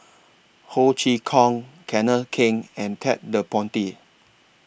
Ho Chee Kong Kenneth Keng and Ted De Ponti